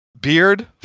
beard